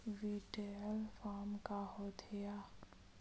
withdrawal form का होथेय